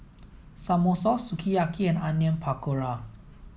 Samosa Sukiyaki and Onion Pakora